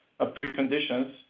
preconditions